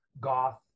goth